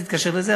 תתקשר לזה,